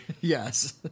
Yes